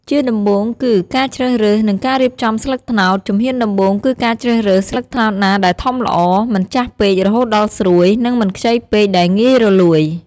ជាដំបូងគឺ ការជ្រើសរើស និងការរៀបចំស្លឹកត្នោត ជំហានដំបូងគឺការជ្រើសរើស ស្លឹកត្នោតណាដែលធំល្អ មិនចាស់ពេករហូតដល់ស្រួយ និងមិនខ្ចីពេកដែលងាយរលួយ។